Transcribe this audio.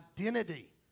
identity